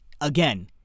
Again